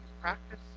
Practice